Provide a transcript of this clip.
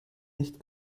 nicht